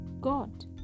God